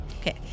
Okay